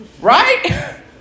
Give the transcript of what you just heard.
right